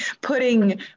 putting